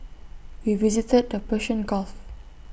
we visited the Persian gulf